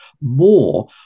more